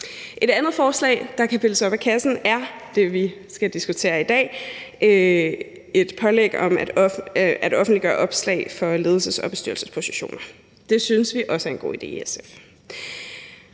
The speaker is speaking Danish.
Et andet forslag, der kan pilles op af kassen, er det, vi skal diskutere i dag, nemlig et pålæg om at offentliggøre opslag for ledelses- og bestyrelsespositioner. Det synes vi også er en god idé i SF.